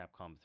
Capcom